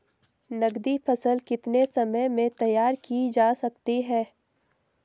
नगदी फसल कितने समय में तैयार की जा सकती है?